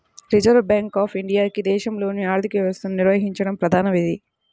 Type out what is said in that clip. reserve bank of ఇండియాకి దేశంలోని ఆర్థిక వ్యవస్థను నిర్వహించడం ప్రధాన విధి